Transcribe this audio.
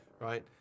Right